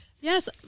Yes